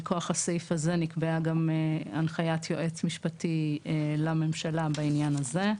מכוח הסעיף הזה נקבעה גם הנחיית היועץ המשפטי לממשלה בעניין הזה,